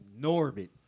Norbit